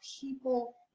people